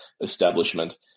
establishment